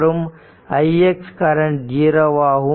மற்றும் ix current 0 ஆகும்